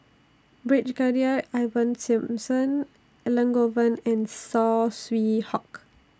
Brigadier Ivan Simson Elangovan and Saw Swee Hock